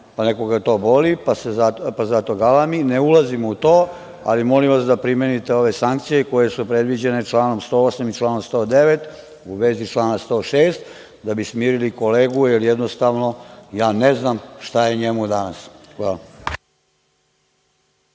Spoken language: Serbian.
pa nekoga to boli, pa zato galami, ne ulazim u to, ali molim vas da primenite ove sankcije koje su predviđene članovima 108. i 109, a u vezi člana 106, kako bi smirili kolegu. Jednostavno, ja ne znam šta je njemu danas. Hvala.